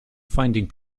finding